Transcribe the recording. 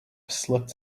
slipped